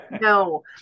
no